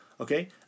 Okay